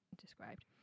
described